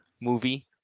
movie